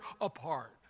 apart